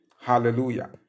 Hallelujah